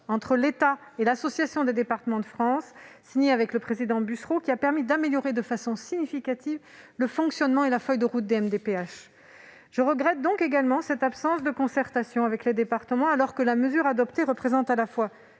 entre l'État et l'Assemblée des départements de France (ADF), signé par le président Bussereau, qui a permis d'améliorer de façon significative le fonctionnement et la feuille de route des MDPH. Je regrette également cette absence de concertation avec les départements, alors que la mesure adoptée représente à la fois